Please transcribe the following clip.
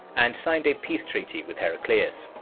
and signed a peace treaty with heraclius.